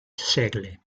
segle